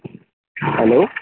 hello